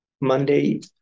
Monday